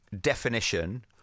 definition